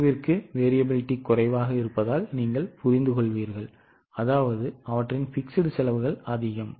Q க்கு variability குறைவாக இருப்பதால் நீங்கள் புரிந்துகொள்வீர்கள் அதாவது அவற்றின் நிலையான செலவுகள் அதிகம்